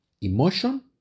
Emotion